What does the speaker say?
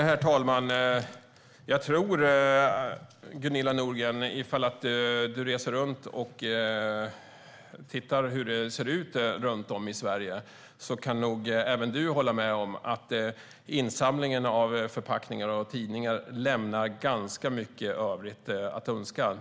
Herr talman! Jag tror att om du reser runt, Gunilla Nordgren, och tittar på hur det ser ut runt om i Sverige så kan även du hålla med om att insamlingen av förpackningar och tidningar lämnar ganska mycket övrigt att önska.